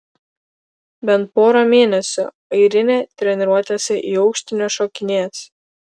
bent pora mėnesių airinė treniruotėse į aukštį nešokinės